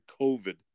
COVID